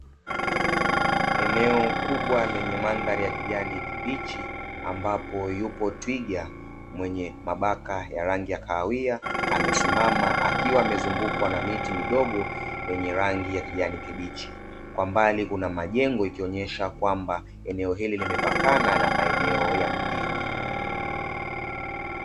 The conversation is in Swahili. Eneo kubwa lenye mandhari ya kijani kibichi, ambapo yupo twiga mwenye mabaka ya rangi ya kahawia, amesimama akiwa amezungukwa na miti midogo yenye rangi ya kijani kibichi, kwa mbali kuna majengo ikionyesha kwamba eneo hili limepakana na maeneo ya mjini.